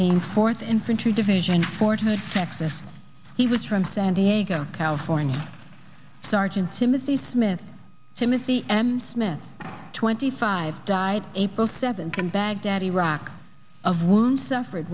team fourth infantry division fort hood texas he was from san diego california sergeant timothy smith timothy m smith twenty five died april seventh in baghdad iraq of wounds suffered